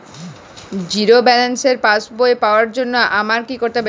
Zero ব্যালেন্সের পাসবই পাওয়ার জন্য আমায় কী করতে হবে?